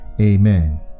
amen